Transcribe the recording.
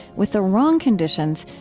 with the wrong conditions,